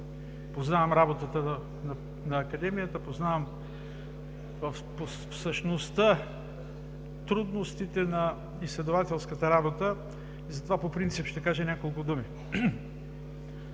Познавам работата на Академията, познавам същността, трудностите на изследователската работа и затова по принцип ще кажа няколко думи.